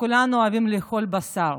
וכולנו אוהבים לאכול בשר.